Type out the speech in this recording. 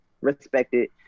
Respected